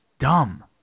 dumb